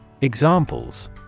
Examples